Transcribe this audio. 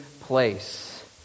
place